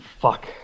Fuck